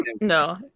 no